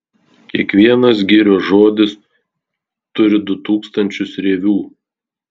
kiekvienas girios žodis turi du tūkstančius rievių